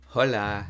Hola